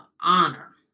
honor